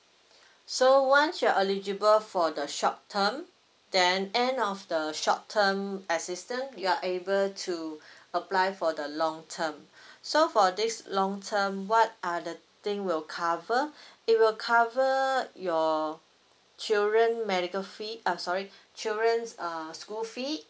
so once you're eligible for the short term then end of the short term assistant you are able to apply for the long term so for this long term what are the thing will cover it will cover your children medical fee um sorry children's err school fee